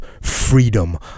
freedom